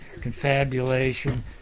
confabulation